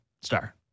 Star